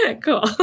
Cool